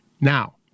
Now